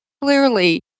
clearly